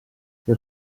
per